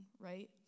right